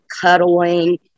cuddling